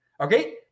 okay